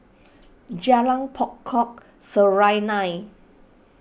Jalan Pokok Serunai